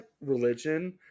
religion